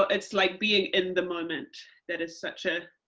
it's like being in the moment that is such a,